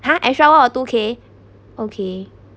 ha extra one or two K okay